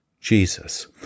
Jesus